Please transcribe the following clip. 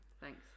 Thanks